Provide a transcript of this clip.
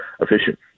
efficient